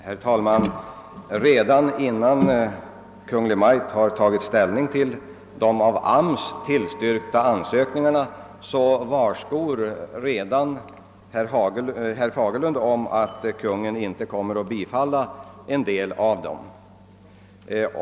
Herr talman! Redan innan Kungl. Maj:t har tagit ställning till de av AMS tillstyrkta ansökningarna, varskor herr Fagerlund om att Kungl. Maj:t inte kommer att bifalla en del av dem.